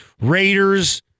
Raiders